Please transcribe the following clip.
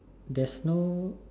there's no